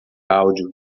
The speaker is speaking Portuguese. áudio